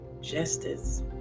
Justice